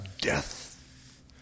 death